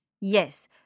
Yes